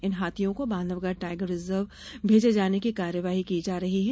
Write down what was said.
इन हाथियों को Bandhavgarh tiger reserve भेजे जाने की कार्यवाही की जा रही है